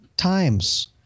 times